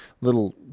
little